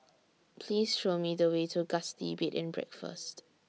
Please Show Me The Way to Gusti Bed and Breakfast